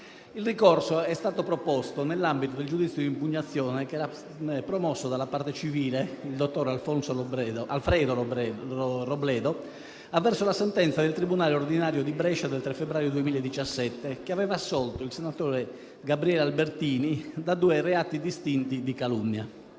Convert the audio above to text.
Il ricorso è stato proposto nell'ambito del giudizio di impugnazione che è promosso dalla parte civile, il dottore Alfredo Robledo, avverso la sentenza del tribunale ordinario di Brescia del 3 febbraio 2017, che aveva assolto il senatore Gabriele Albertini da due reati distinti di calunnia.